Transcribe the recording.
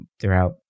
throughout